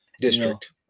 district